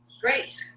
great